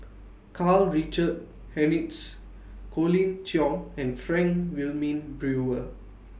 Karl Richard Hanitsch Colin Cheong and Frank Wilmin Brewer